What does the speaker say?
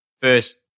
first